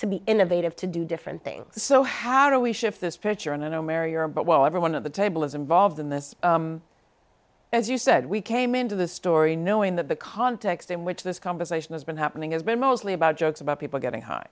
to be innovative to do different things so how do we shift this pitcher and i know mary are but well everyone of the table is involved in this as you said we came into the story knowing that the context in which this conversation has been happening has been mostly about jokes about people getting h